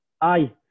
Aye